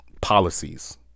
policies